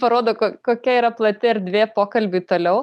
parodo ko kokia yra plati erdvė pokalbiui toliau